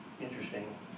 Interesting